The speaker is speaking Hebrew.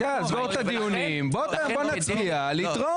אז יאללה, תסגור את הדיונים, בוא נצביע ולהתראות.